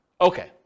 Okay